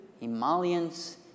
Emollients